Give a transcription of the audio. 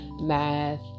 math